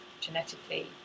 genetically